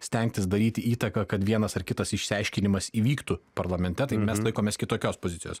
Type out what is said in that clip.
stengtis daryti įtaką kad vienas ar kitas išsiaiškinimas įvyktų parlamente tai mes laikomės kitokios pozicijos